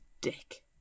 dick